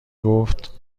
گفت